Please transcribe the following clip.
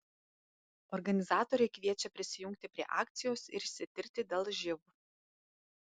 organizatoriai kviečia prisijungti prie akcijos ir išsitirti dėl živ